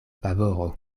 favoro